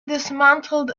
dismantled